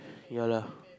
ya lah